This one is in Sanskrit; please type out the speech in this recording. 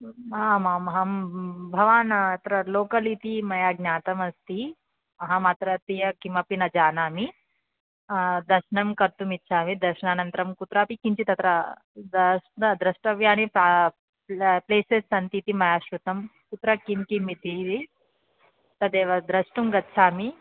आमाम् अहं भवान् अत्र लोकल् इति मया ज्ञातमस्ति अहमत्रत्यं किमपि न जानामि दर्शनं कर्तुमिच्छामि दर्शनानन्तरं कुत्रापि किञ्चित् अत्र दर्शन द्रष्टव्यानि प्ला प्लेसस् सन्तीति मया श्रुतं कुत्र किं किम् इति तदेव द्रष्टुं गच्छामि